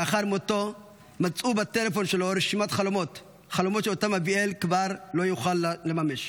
לאחר מותו מצאו בטלפון שלו רשימת חלומות שאותם אביאל כבר לא יוכל לממש,